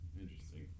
interesting